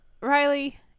Riley